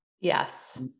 Yes